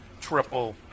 triple